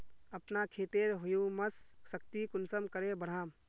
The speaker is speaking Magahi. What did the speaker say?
अपना खेतेर ह्यूमस शक्ति कुंसम करे बढ़ाम?